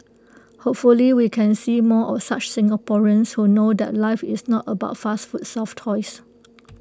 hopefully we can see more of such Singaporeans who know that life is not about fast food soft toys